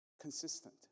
Consistent